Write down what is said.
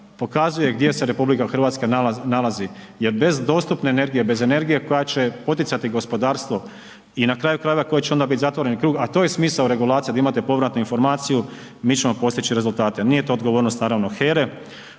pokazuje gdje se RH nalazi. Jer bez dostupne energije, bez energije, koja će poticati gospodarstvo i na kraju krajeva, koja će onda biti zatvoreni krug, a to je smisao regulacije, kada imate povratnu informaciju, mi ćemo postići rezultate. Nije to odgovornost naravno